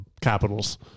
Capitals